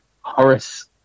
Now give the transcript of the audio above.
Horace